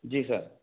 जी sir